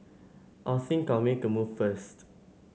I think I'll make a move first